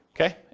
Okay